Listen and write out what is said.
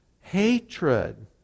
hatred